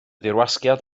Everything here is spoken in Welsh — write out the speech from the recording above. dirwasgiad